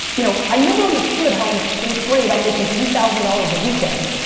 you know, i never understood how in eighth grade i'm making three thousand dollars a weekend,